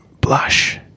blush